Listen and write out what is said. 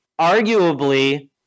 arguably